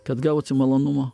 kad gauti malonumo